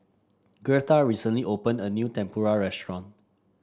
Girtha recently opened a new Tempura restaurant